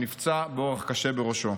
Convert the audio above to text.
והוא נפצע באורח קשה בראשו.